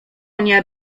nie